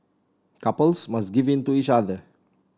couples must give in to each other